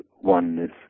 oneness